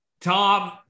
Tom